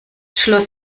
schluss